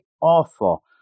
awful